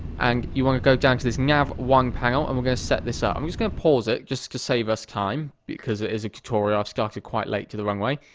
and you want to go down to this nav one panel, and we're gonna set this up. i'm just gonna pause it just to save us time, because it is a tutorial, i've started quite late into the runway.